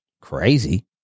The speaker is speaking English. crazy